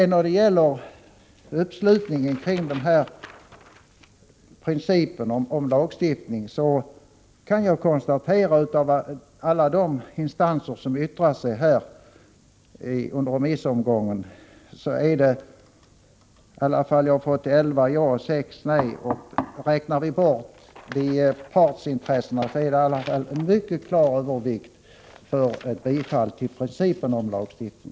När det gäller uppslutningen kring principen om lagstiftning kan jag konstatera att av alla de instanser som yttrat sig under remissomgången har 11 sagt ja och 6 nej. Räknar vi bort partsintressena är det i alla fall en mycket klar övervikt för bifall till principen om lagstiftning.